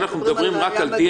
אם לא מצאנו את האנס,